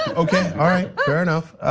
okay, all right, fair enough.